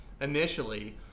initially